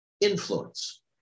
Influence